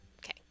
Okay